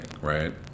right